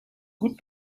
gut